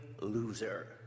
loser